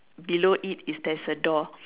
below it is there's a door